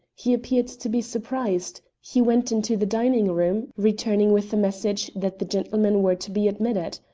he appeared to be surprised he went into the dining-room, returning with the message that the gentlemen were to be admitted.